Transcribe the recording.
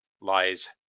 lies